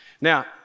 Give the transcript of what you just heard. Now